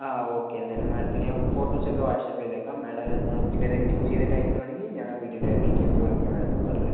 ആ ഓക്കെ എന്തായാലും മാഡത്തിന് ഞാൻ ഫോട്ടോസ് ഒക്കെ വാട്സപ്പ് ചെയ്തേക്കാം മാഡം അതിനകത്ത് നോക്കിയിട്ട് ഏതെങ്കിലും ചൂസ് ചെയ്തിട്ട് അയയ്ക്കുവാണെങ്കിൽ ഞാൻ ആ വീടിന്റെ ഡീറ്റെയിൽസ് ബാക്കി ഞാൻ മാഡത്തിന് പറഞ്ഞ് തരാം